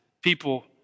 people